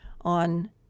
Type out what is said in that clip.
on